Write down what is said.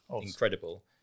incredible